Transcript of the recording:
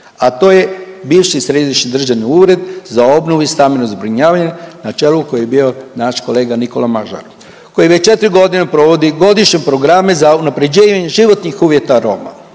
a to je bivši Središnji državni ured za obnovu i stambeno zbrinjavanje na čelu koji je bio naš kolega Nikola Mažar koji već četiri godine provodi godišnje programe za unapređenje životnih uvjeta Roma.